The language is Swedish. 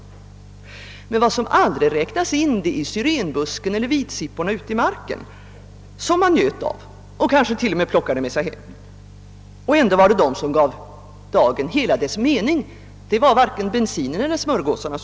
Men vad som aldrig räknas in är syrenbusken eller vitsipporna ute i marken, som man njöt av och kanske plockade med sig hem. Ändå var det de som gav hela dagen dess mening, varken bensinen eller smörgåsarna.